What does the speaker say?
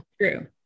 True